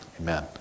Amen